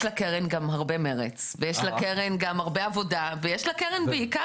יש לקרן גם הרבה מרץ ויש לקרן גם הרבה עבודה ויש לקרן בעיקר